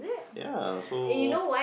ya so